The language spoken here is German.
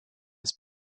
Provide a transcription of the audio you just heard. des